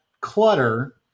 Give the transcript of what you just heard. clutter